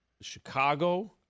Chicago –